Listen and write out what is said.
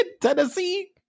Tennessee